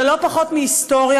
זה לא פחות מהיסטוריה,